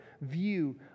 view